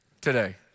today